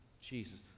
Jesus